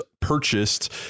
purchased